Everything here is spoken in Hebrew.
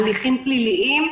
הליכים פליליים,